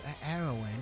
Heroin